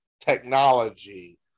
technology